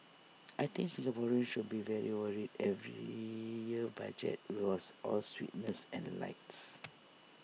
I think Singaporeans should be very worried if every year's budget will was all sweetness and lights